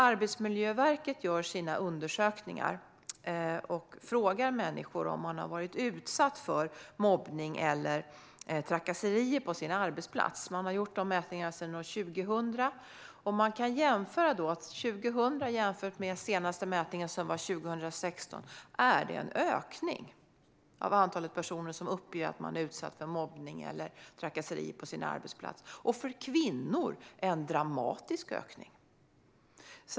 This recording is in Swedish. Arbetsmiljöverket gör sina undersökningar och frågar människor om de har varit utsatta för mobbning eller trakasserier på sina arbetsplatser. Man har gjort dessa mätningar sedan år 2000, och de går att jämföra. I den senaste mätningen, som gjordes 2016, ser vi jämfört med år 2000 en ökning av antalet personer som uppger att de är utsatta för mobbning eller trakasserier på sina arbetsplatser. För kvinnor är det en dramatisk ökning.